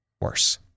worse